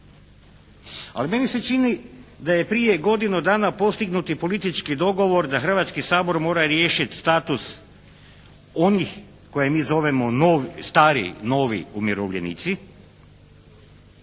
Ali meni se čini da je prije godinu dana postignut i politički dogovor da Hrvatski sabor mora riješiti status onih koje mi zovemo stari, novi umirovljenici